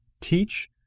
Teach